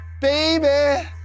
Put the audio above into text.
baby